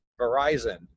Verizon